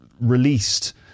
released